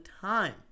time